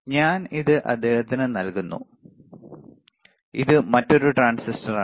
ഞാൻ അത് അദ്ദേഹത്തിന് നൽകുന്നു ഇത് മറ്റൊരു ട്രാൻസിസ്റ്ററാണ്